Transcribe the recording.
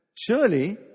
surely